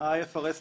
ה-IFRS לתוקף.